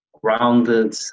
grounded